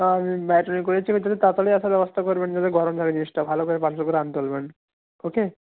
আর তাড়াতাড়ি আসার ব্যবস্থা করবেন যাতে গরম থাকে জিনিসটা ভালো করে পার্সেল করে আনতে বলবেন ও কে